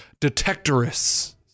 Detectorists